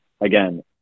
again